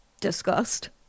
discussed